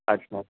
अच्छा